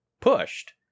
pushed